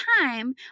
time